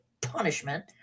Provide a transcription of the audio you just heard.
punishment